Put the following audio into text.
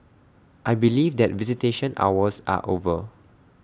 I believe that visitation hours are over